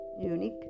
unique